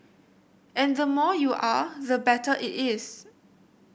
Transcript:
and the more you are the better it is